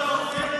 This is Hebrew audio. סליחה,